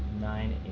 nine